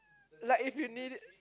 like if you need it